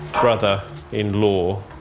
brother-in-law